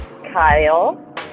kyle